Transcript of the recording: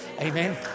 Amen